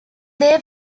they